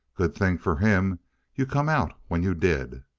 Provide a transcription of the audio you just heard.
good thing for him you come out when you did!